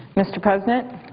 mr. president?